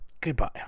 Goodbye